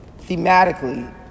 thematically